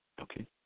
okay